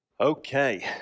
Okay